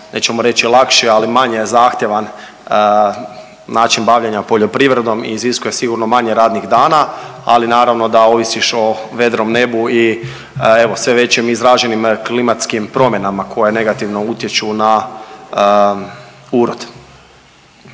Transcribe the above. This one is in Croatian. nećemo reći lakše, ali manje zahtjevan način bavljenja poljoprivredom i iziskuje sigurno manje radnih dana, ali naravno da ovisiš o vedrom nebu i evo sve veće izraženim klimatskim promjenama koje negativno utječu na urod.